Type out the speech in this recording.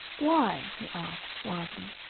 why? he asked, suavely.